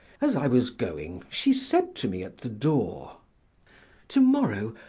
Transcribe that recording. as i was going, she said to me at the door to-morrow,